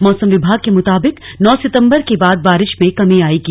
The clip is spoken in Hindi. मौसम विभाग के मुताबिक नौ सितंबर के बाद बारिश में कमी आयेगी